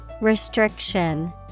Restriction